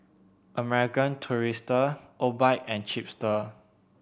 American Tourister Obike and Chipster